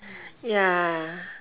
ya